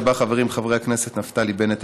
שבה חברים חברי הכנסת נפתלי בנט,